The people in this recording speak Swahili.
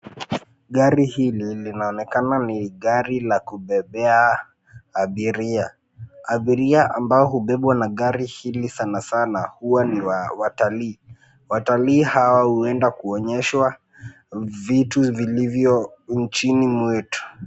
Gari hili linaonekana ni gari la kubebea abiria. Abiria ambao hubebwa na gari hili sana sana huwa ni watalii. Watalii hawa huenda kuonyeshwa vitu vilivyo nchini mwetu.